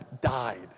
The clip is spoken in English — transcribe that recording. died